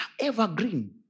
evergreen